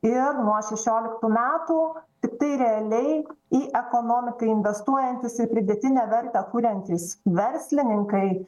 ir nuo šešioliktų metų tiktai realiai į ekonomiką investuojantys ir pridėtinę vertą kuriantys verslininkai